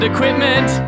Equipment